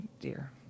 dear